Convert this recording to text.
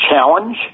challenge